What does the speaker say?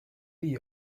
lee